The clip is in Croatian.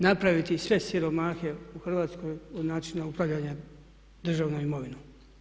Napraviti sve siromahe u Hrvatskoj od načina upravljanja državnom imovinom.